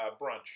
brunch